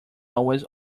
always